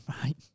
Right